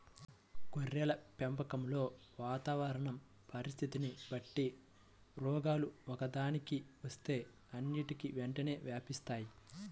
గొర్రెల పెంపకంలో వాతావరణ పరిస్థితులని బట్టి రోగాలు ఒక్కదానికి వస్తే అన్నిటికీ వెంటనే వ్యాపిస్తాయి